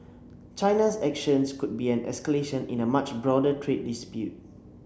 China's action could be an escalation in a much broader trade dispute